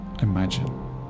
imagine